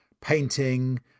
painting